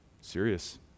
Serious